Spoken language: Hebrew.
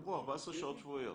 ציינו, 14 שעות שבועיות.